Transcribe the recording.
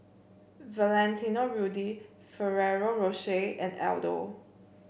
Valentino Rudy Ferrero Rocher and Aldo